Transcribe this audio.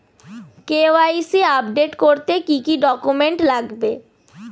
KYC update করতে কি কি ডকুমেন্টস লাগবে?